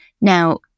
Now